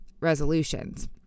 resolutions